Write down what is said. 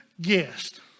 guest